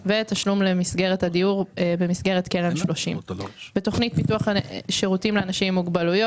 ותשלום למסגרת הדיור במסגרת קלט 30. תוכנית פיתוח שירותים לאנשים עם מוגבלויות,